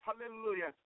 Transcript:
Hallelujah